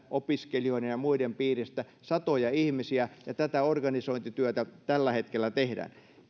opiskelijoiden ja muiden piiristä satoja ihmisiä ja tätä organisointityötä tällä hetkellä tehdään